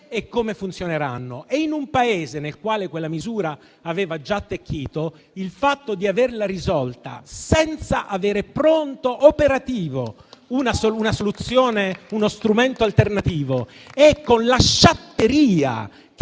e come funzioneranno. In un Paese nel quale quella misura aveva già attecchito, il fatto di averla risolta senza avere pronto e operativo uno strumento alternativo e con la sciatteria che